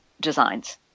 designs